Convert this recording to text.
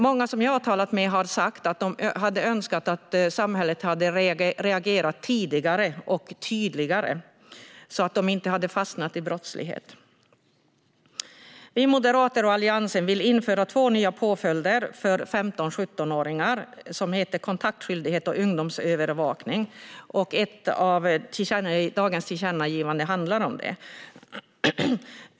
Många som jag har talat med har sagt att de hade önskat att samhället skulle ha reagerat tidigare och tydligare så att de inte hade fastnat i brottslighet. Vi moderater och Alliansen vill införa två nya påföljder för 15-17åringar. De heter kontaktskyldighet och ungdomsövervakning. Ett av dagens tillkännagivanden handlar om detta.